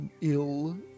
ill